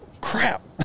crap